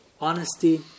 honesty